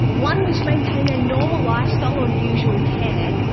one which maintained their normal lifestyle or usual care,